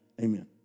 amen